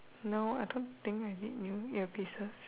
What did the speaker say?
no I don't think I need new ear pieces